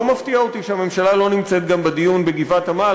לא מפתיע אותי שהממשלה לא נמצאת גם בדיון בגבעת-עמל,